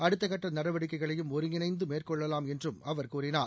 அடுத்தகட்ட நடவடிக்கைகளையும் ஒருங்கிணைந்து மேற்கொள்ளலாம் என்றும் அவர் கூறினார்